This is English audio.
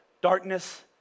darkness